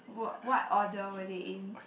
wh~ what order were they in